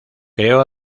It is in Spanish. creó